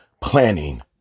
planning